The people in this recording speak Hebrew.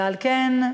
ועל כן,